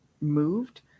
moved